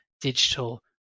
digital